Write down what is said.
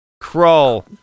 Crawl